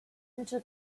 into